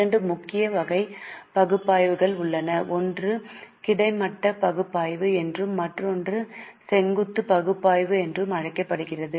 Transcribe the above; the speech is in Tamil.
இரண்டு முக்கிய வகை பகுப்பாய்வுகள் உள்ளன ஒன்று கிடைமட்ட பகுப்பாய்வு என்றும் மற்றொன்று செங்குத்து பகுப்பாய்வு என்றும் அழைக்கப்படுகிறது